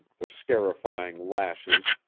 the scarifying lashes,